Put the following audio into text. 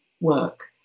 work